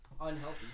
Unhealthy